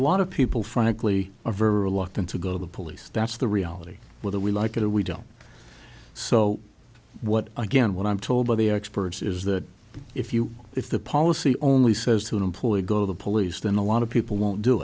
lot of people frankly are very reluctant to go to the police that's the reality whether we like it or we don't so what again what i'm told by the experts is that if you if the policy only says to an employee go to the police then a lot of people won't do